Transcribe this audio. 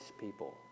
people